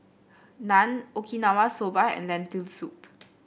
Naan Okinawa Soba and Lentil Soup